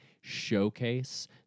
showcase